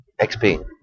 XP